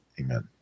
Amen